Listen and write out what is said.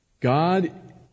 God